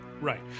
Right